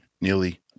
nearly